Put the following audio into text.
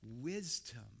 wisdom